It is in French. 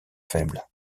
faible